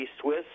Swiss